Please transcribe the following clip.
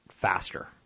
faster